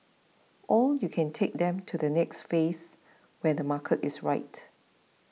and you can take them to the next phase when the market is right